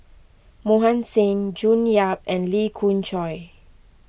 Mohan Singh June Yap and Lee Khoon Choy